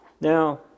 Now